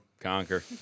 Conquer